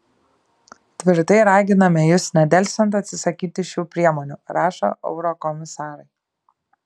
tvirtai raginame jus nedelsiant atsisakyti šių priemonių rašo eurokomisarai